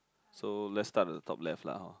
so let's start with the top left lah hor